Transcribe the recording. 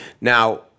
Now